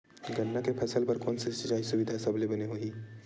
गन्ना के फसल बर कोन से सिचाई सुविधा सबले बने होही?